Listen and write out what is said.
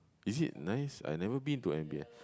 is it nice I never been to m_b_s